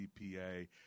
CPA